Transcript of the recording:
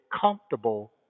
comfortable